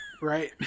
right